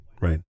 right